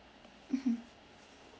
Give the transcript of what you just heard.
mmhmm